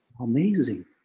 Amazing